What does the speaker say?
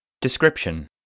Description